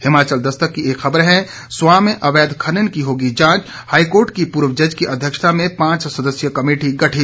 हिमाचल दस्तक की एक खबर है स्वां में अवैध खनन की होगी जांच हाईकोर्ट की पूर्व जज की अध्यक्षता में पांच सदस्यीय कमेटी गठित